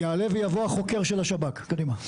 יעלה ויבוא החוק של השב"כ, קדימה.